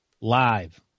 live